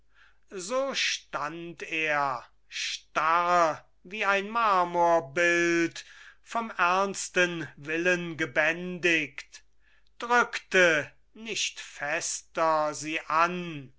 so stand er starr wie ein marmorbild vom ernsten willen gebändigt drückte nicht fester sie an